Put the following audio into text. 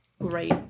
Great